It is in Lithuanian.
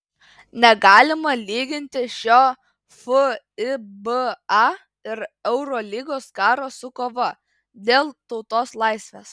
negalima lyginti šio fiba ir eurolygos karo su kova dėl tautos laisvės